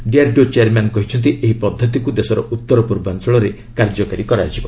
DRDO chairman କହିଛନ୍ତି ଏହି ପଦ୍ଧତିକୁ ଦେଶର ଉତ୍ତର ପୂର୍ବାଞ୍ଚଳରେ କାର୍ଯ୍ୟକାରୀ କରାଯିବ